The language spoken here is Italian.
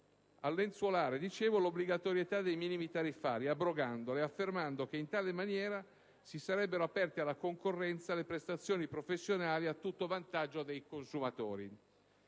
allo stesso caro) l'obbligatorietà dei minimi tariffari abrogandola ed affermando che in tale maniera si sarebbero aperte alla concorrenza le prestazioni professionali, a tutto vantaggio dei consumatori.